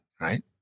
right